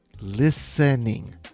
listening